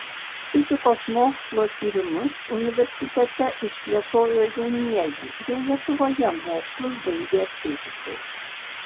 fizikos mokslo tyrimus universitete išplėtojo jaunieji jau lietuvoje mokslus baigę fizikai